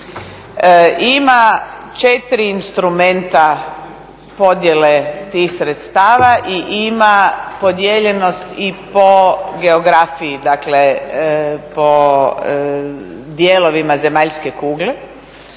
Ima 4 instrumenta podjele tih sredstava i ima podijeljenost i po geografiji, dakle po dijelovima zemaljske kugle.